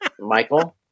Michael